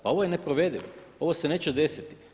Pa ovo je neprovedivo, ovo se neće desiti.